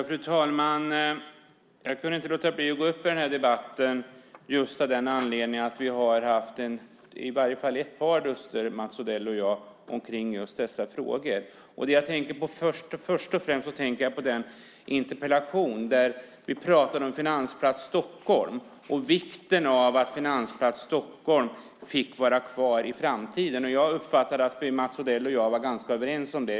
Fru talman! Jag kunde inte låta bli att gå upp i den här debatten av den anledningen att vi har haft i varje fall ett par duster, Mats Odell och jag, om dessa frågor. Först och främst tänker jag på den interpellation där vi pratade om Finansplats Stockholm och vikten av att Finansplats Stockholm fick vara kvar i framtiden. Jag uppfattade att Mats Odell och jag var ganska överens om det.